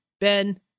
Ben